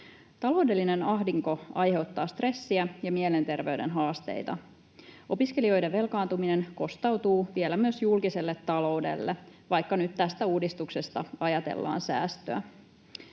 Taloudellinen ahdinko aiheuttaa stressiä ja mielenterveyden haasteita. Opiskelijoiden velkaantuminen kostautuu vielä myös julkiselle taloudelle, vaikka nyt tästä uudistuksesta ajatellaan säästöä.